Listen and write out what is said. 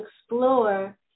explore